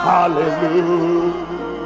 Hallelujah